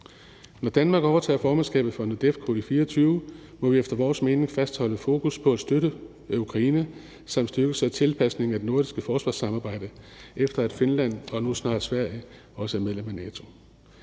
Når Danmark overtager formandskabet for NORDEFCO i 2024, må vi efter vores mening fastholde fokus på at støtte Ukraine og styrkelse og tilpasning af det nordiske forsvarssamarbejde, efter at Finland og nu snart Sverige også er medlem af NATO.